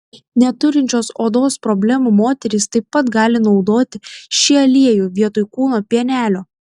neturinčios odos problemų moterys taip pat gali naudoti šį aliejų vietoj kūno pienelio